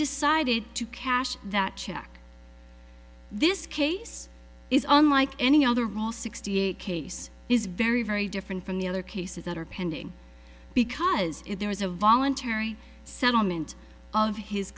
decided to cash that check this case is unlike any other all sixty eight case is very very different from the other cases that are pending because if there is a voluntary settlement of his